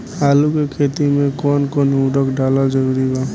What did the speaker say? आलू के खेती मे कौन कौन उर्वरक डालल जरूरी बा?